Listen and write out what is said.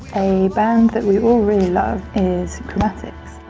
a band that we all really love is chromatics.